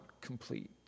complete